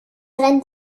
rennt